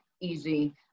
easy